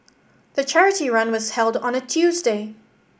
the charity run was held on a Tuesday